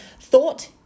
thought